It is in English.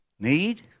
Need